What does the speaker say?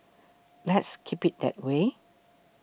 let's keep it that way